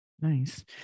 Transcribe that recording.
Nice